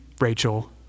Rachel